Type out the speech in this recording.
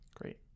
Great